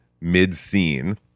mid-scene